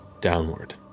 downward